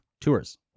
tours